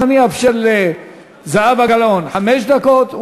אז אאפשר לזהבה גלאון חמש דקות,